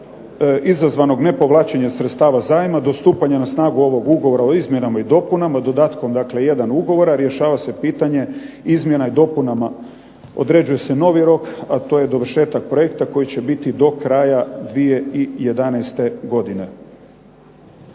izazvanog nepovlačenjem sredstava zajma, do stupanja na snagu ovog Ugovora o izmjenama i dopunama, dodatkom dakle 1. ugovora, rješava se pitanje izmjena i dopunama, određuje se novi rok, a to je dovršetak projekta koji je će biti do kraja 2011. godine.